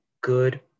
good